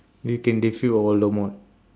you can defeat voldemort